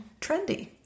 trendy